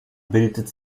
bildet